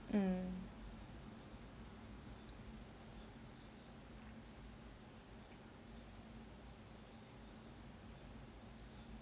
um